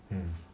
mmhmm